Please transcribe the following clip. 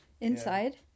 Inside